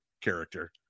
character